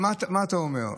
מה אתה אומר?